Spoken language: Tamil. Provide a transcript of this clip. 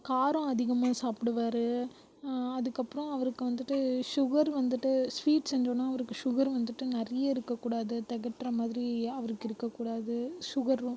காரம் அதிகமாக சாப்பிடுவாரு அதுக்கப்புறோம் அவருக்கு வந்துட்டு ஷுகர் வந்துட்டு ஸ்வீட்ஸ் செஞ்சோம்னா அவருக்கு ஷுகர் வந்துட்டு நிறைய இருக்கக்கூடாது திகட்ற மாதிரி அவருக்கு இருக்கக்கூடாது ஷுகர் வ